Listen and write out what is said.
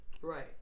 Right